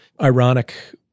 ironic